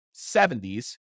70s